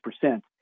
percent